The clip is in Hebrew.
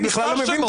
אני בכלל לא מבין,